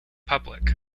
public